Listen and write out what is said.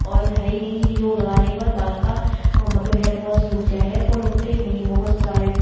oil है ही नहीं कि जो लगाने के बाद बाल का मतलब हेयर फ़ॉल्ज़ रुक जाए हेयर फ़ॉल रुकते ही नहीं हैं बहुत सारे